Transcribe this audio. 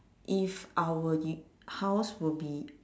if our u~ house will be